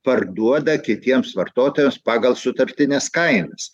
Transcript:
parduoda kitiems vartotojams pagal sutartines kainas